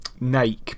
Nike